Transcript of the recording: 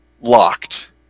locked